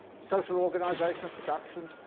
social organization of production,